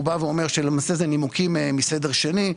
הוא אומר שלמעשה אלה נימוקים מסדר שני.